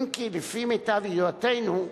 אם כי לפי מיטב ידיעתנו,